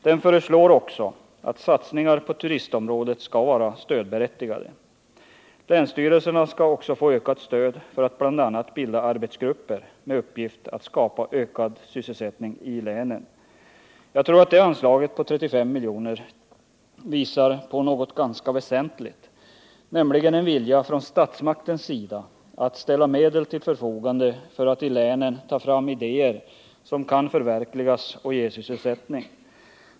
Där föreslås vidare att satsningar på turistområdet skall vara stödberättigade. Länsstyrelserna skall också få ökat stöd för att bl.a. bilda arbetsgrupper med uppgift att skapa ökad sysselsättning i länen. Jag tror att detta anslag på 35 miljoner visar på något ganska väsentligt, nämligen en vilja från statsmaktens sida att ställa medel till förfogande för att i länen ta fram idéer som kan förverkligas och ge sysselsättning.